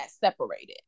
separated